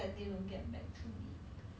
mm